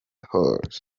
horst